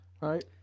Right